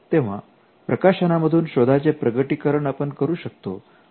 तेव्हा प्रकाशना मधून शोधांचे प्रगटीकरण आपण करू शकतो